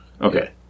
Okay